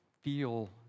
feel